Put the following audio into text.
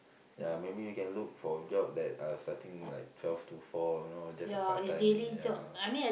ya maybe you can look for job that uh starting like twelve to four you know just a part-time ya